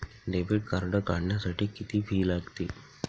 Debit card काढण्यासाठी किती fee लागते?